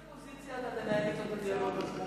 מאיזו פוזיציה אתה תנהל אתו את הדיאלוג הזה?